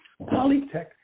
Polytech